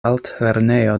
altlernejo